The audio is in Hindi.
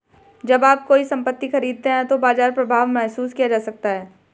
जब आप कोई संपत्ति खरीदते हैं तो बाजार प्रभाव महसूस किया जा सकता है